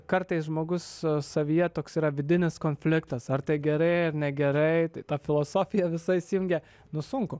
kartais žmogus savyje toks yra vidinis konfliktas ar tai gerai ar negerai ta filosofija visa įsijungia nu sunku